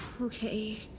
Okay